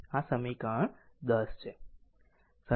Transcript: આ સમીકરણ 10 છે